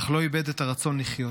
אך לא איבד את הרצון לחיות.